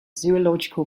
zoological